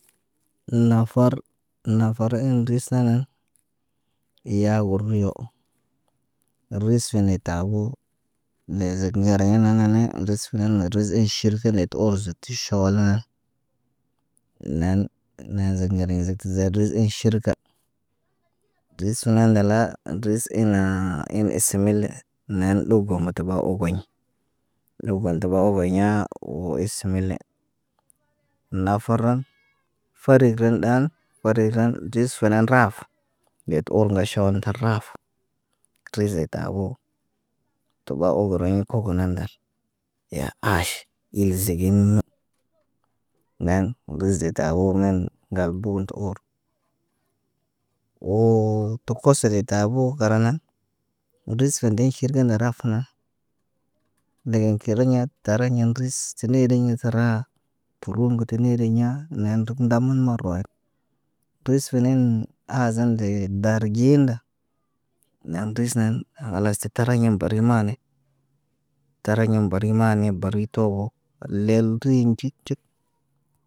Əə nafar, nafar in ris na nan, yaa gorliyo ris fene taboo nezeg ŋgere ɲenene ris pənən mo ris ey ʃirkine to, to oozot tə ʃoowol naa. Neen nazeg ɲelin zig tə zər ris inʃirka. Ris fənəndala, ris inaa, in isemile. Nen ɗob go matabo ogoɲ. Ɗob bantə obaɲaa woo ismile. Nafaran, fariden ɗaan fariden ris fene raaf. Yati ormo ŋgal ʃawa nə tarafa. Tuzetaboo, tuɓa oogo roɲ kuugu nandal. Ya aaʃ il zigiɲmə. Neen nduze taboo men ŋgal buun tu oor. Woo tu koso de tabo gara nan nduz fendeɲ ʃirge na rafana. Ndegen kəleɲa tariɲa ris. Se neliɲ se raa turum ŋgutu neele ɲaa, neen ndugu ndamun marawaay. Tuz fenen aazendee bar giyenda. Nen ris nen, a khalas set. Taraɲa bari maane. Tariɲa bari maane bari toogo, lel riim cit cit.